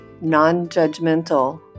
non-judgmental